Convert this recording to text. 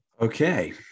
okay